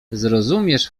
zrozumiesz